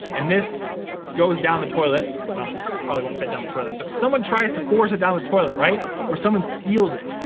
and this goes down the toilet, well, this probably won't fit down the toilet, but someone tries to force it down the toilet or someone steals it,